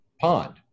pond